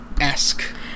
esque